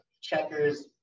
checkers